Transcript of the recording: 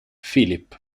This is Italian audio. philip